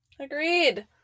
agreed